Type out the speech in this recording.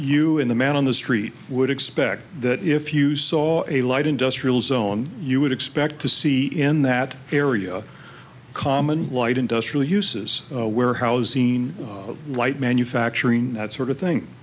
you and the man on the street would expect that if you saw a light industrial zone you would expect to see in that area common light industrial uses warehousing light manufacturing that sort of thing